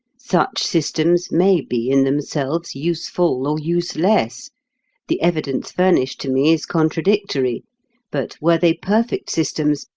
such systems may be in themselves useful or useless the evidence furnished to me is contradictory but were they perfect systems,